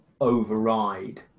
override